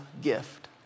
gift